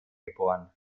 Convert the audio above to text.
geboren